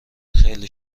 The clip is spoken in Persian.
خیلی